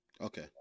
okay